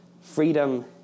Freedom